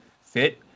fit